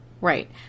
Right